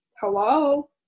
Hello